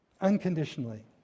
Unconditionally